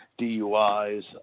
DUIs